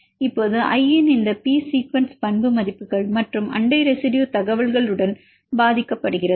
இப்போது i இன் இந்த P சீக்வென்ஸ் பண்பு மதிப்புகள் மற்றும் அண்டை ரெசிடுயு தகவல்களுடன் பாதிக்கப்படுகிறது